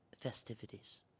festivities